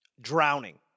Drowning